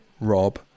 Rob